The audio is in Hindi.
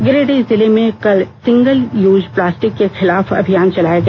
गिरिडीह जिले में कल सिंगल यूज प्लास्टिक के खिलाफ अभियान चलाया गया